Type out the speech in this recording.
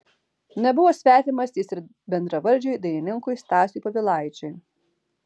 nebuvo svetimas jis ir bendravardžiui dainininkui stasiui povilaičiui